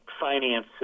finance